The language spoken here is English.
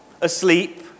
asleep